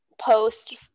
post